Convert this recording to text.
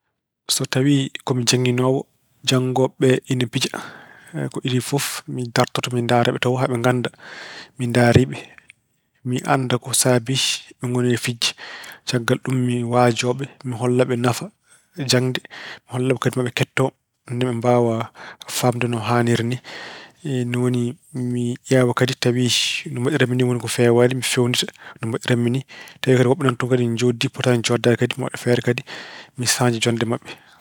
So tawi ko jannginoowo, janngooɓe ɓe ina pija, ko idii fof mi dartoto mi ndaara ɓe haa ɓe ngannda mi ndaari ɓe. Mi annda ko saabii ɓe ngoni e fijde. Caggal ɗum mi waajooɓe. Mi holla ɓe nafa jaŋde. Mi holla ɓe kadi maa ɓe keɗto ɓe mbaawa faamde no haaniri ni. Ni woni mi ƴeewa kadi tawi no mbaɗiram-mi woni ko feewaani, mi feewnita no mbaɗiran-mi ni. So tawi kadi woɓɓe njooɗdi potaani jooɗdaade kadi mi waɗa feere kadi mi saañja joɗɗe maɓɓe.